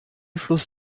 fluss